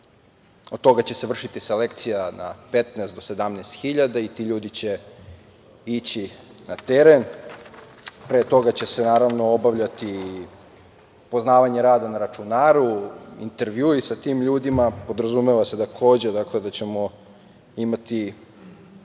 Od toga će se vršiti selekcija na 15 do 17 hiljada i ti ljudi će ići na teren. Pre toga će se naravno obavljati i poznavanje rada na računaru, intervjui sa tim ljudima. Podrazumeva se takođe da ćemo imati